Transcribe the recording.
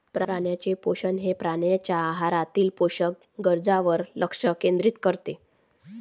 प्राण्यांचे पोषण हे प्राण्यांच्या आहारातील पोषक गरजांवर लक्ष केंद्रित करते